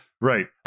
Right